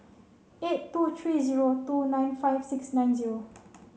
eight two three zero two nine five six nine zero